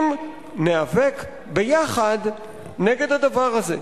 אם ניאבק ביחד נגד הדבר הזה.